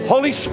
Holy